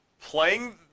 Playing